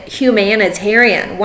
humanitarian